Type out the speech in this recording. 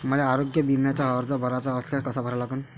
मले आरोग्य बिम्याचा अर्ज भराचा असल्यास कसा भरा लागन?